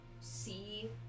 see